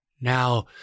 Now